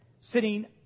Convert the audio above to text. sitting